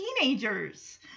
teenagers